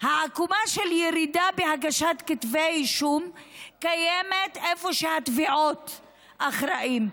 העקומה של ירידה בהגשת כתבי אישום קיימת איפה שהתביעות אחראיות,